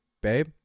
babe